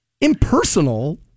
Impersonal